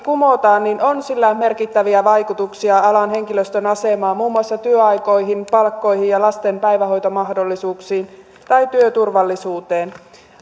kumotaan on sillä merkittäviä vaikutuksia alan henkilöstön asemaan muun muassa työaikoihin palkkoihin lasten päivähoitomahdollisuuksiin ja työturvallisuuteen